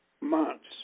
months